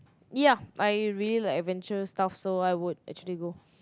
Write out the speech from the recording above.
ya I really like adventurer stuff so I would actually go